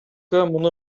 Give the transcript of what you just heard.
муну